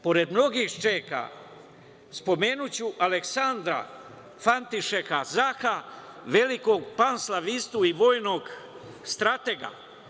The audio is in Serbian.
Pored mnogih Čeha spomenuću Aleksandra Fantišeka Zaha, velikog panslavistu i vojnog stratega.